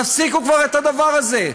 תפסיקו כבר את הדבר הזה.